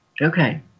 Okay